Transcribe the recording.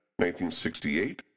1968